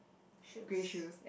shoes